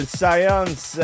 science